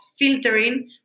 filtering